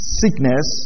sickness